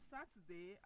Saturday